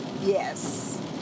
Yes